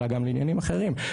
אלא גם לעניינים אחרים.